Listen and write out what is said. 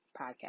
podcast